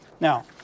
Now